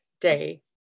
day